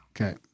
Okay